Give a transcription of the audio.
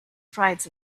prides